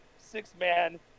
six-man